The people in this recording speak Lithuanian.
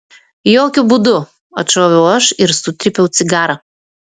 jokiu būdu atšoviau aš ir sutrypiau cigarą